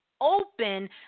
open